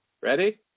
Ready